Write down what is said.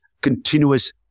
continuous